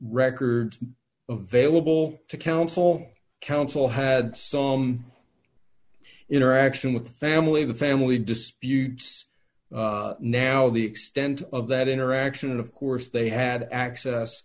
records vailable d to counsel counsel had some interaction with the family the family disputes now the extent of that interaction and of course they had access